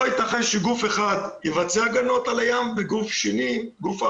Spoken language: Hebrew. לא יתכן שגוף אחד יבצע הגנות על הים וגוף אחר,